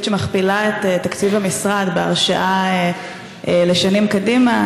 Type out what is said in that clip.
שמכפילה את תקציב המשרד בהרשאה לשנים קדימה.